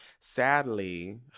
Sadly